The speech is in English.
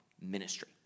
ministry